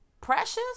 Precious